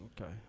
Okay